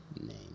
name